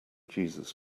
jesus